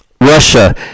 Russia